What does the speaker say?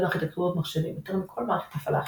ארכיטקטורות מחשבים – יותר מכל מערכת הפעלה אחרת.